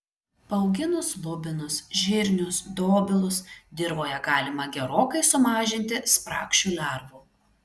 paauginus lubinus žirnius dobilus dirvoje galima gerokai sumažinti spragšių lervų